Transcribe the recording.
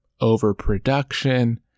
overproduction